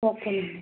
ఓకేనండి